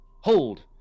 hold